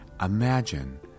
imagine